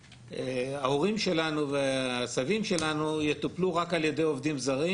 שההורים שלנו והסבים שלנו יטופלו רק על ידי עובדים זרים,